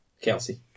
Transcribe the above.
Kelsey